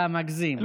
אתה מגזים.